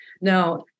Now